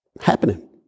happening